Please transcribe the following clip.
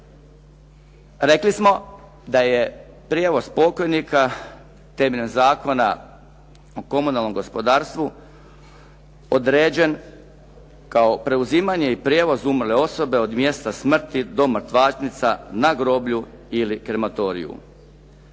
Rekli smo da je prijevoz pokojnika temeljem Zakona o komunalnom gospodarstvu određen kao preuzimanje i prijevoz umrle osobe od mjesta smrti do mrtvačnica na groblju ili krematoriju.